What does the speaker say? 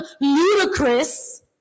ludicrous